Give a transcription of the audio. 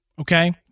okay